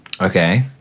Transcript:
Okay